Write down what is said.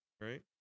Right